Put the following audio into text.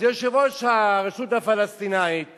אז יושב-ראש הרשות הפלסטינית